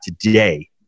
today